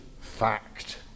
fact